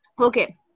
Okay